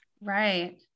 Right